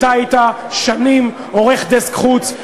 אתה היית שנים עורך דסק חוץ,